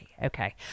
Okay